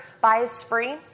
bias-free